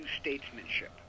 statesmanship